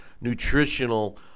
nutritional